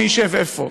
מי ישב איפה,